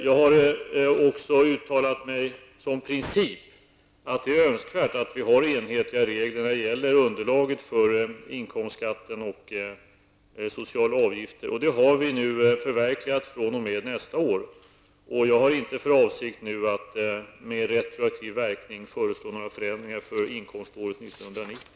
Jag har också uttalat att det i princip är önskvärt att vi har enhetliga regler när det gäller underlaget för inkomstskatten och sociala avgifter. Detta förverkligas nu nästa år. Jag har inte för avsikt att nu med retroaktiv verkan föreslå några förändringar för inkomståret 1990.